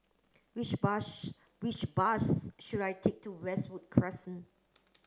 which bush which bus should I take to Westwood Crescent